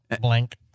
blank